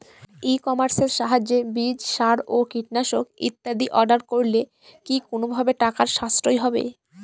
ই কমার্সের সাহায্যে বীজ সার ও কীটনাশক ইত্যাদি অর্ডার করলে কি কোনোভাবে টাকার সাশ্রয় হবে?